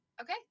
okay